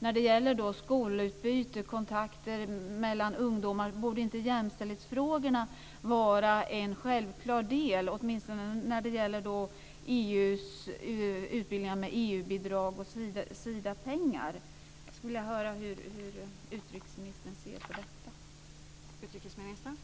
När det gäller skolutbyte och kontakter mellan ungdomar borde väl jämställdhetsfrågorna vara en självklar del, åtminstone när det gäller EU:s utbildningar, med EU-bidrag och med Sidapengar. Jag skulle vilja höra hur utrikesministern ser på detta.